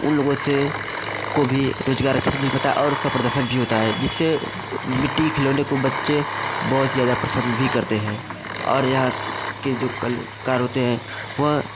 उन लोगों से को भी रोज़गार अच्छे से मिल पाता है और उसका प्रदर्शन भी होता है जिससे मिट्टी खिलौने को बच्चे बहुत ज़्यादा पसंद भी करते हैं और यहाँ के जो कलाकार होते हैं वह